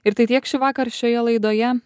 ir tai tiek šįvakar šioje laidoje